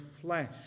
flesh